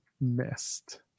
mist